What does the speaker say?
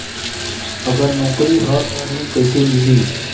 अगर नौकरी ह त ऋण कैसे मिली?